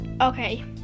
Okay